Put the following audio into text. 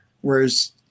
Whereas